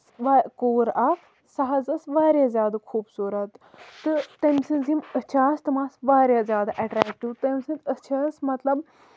وا کوٗر اکھ سۄ حظ ٲسۍ واریاہ زیادٕ خوٗبصوٗرت تہٕ تٔمۍ سٔنز یِم أچھٕ آسہٕ تِم آسہٕ واریاہ زیادٕ اٮ۪ٹریکٹیو تٔمۍ سٔنز أچھ ٲس مطلب